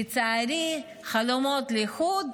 לצערי חלומות לחוד,